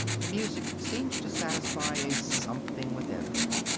the music seems to satisfy a something within them.